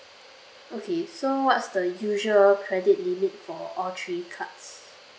okay so what's the usual credit limit for all three cards